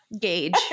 gauge